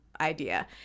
idea